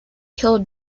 kill